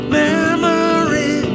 memory